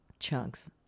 Chunks